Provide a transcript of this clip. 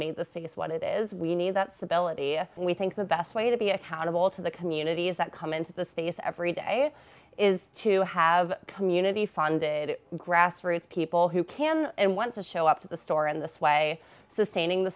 made the suggest what it is we need that's ability and we think the best way to be accountable to the communities that come into the states every day is to have community funded grassroots people who can and want to show up to the store in this way sustaining the